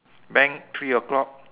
bank three o'clock